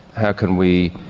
how can we,